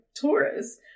Taurus